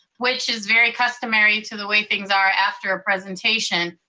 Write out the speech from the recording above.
which is very customary to the way things are after a presentation.